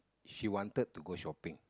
she wanted to go shopping